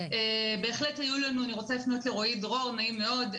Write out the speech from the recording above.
אני רוצה לפנות לרועי דרור, נעים מאוד.